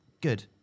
good